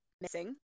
missing